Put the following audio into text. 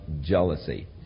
jealousy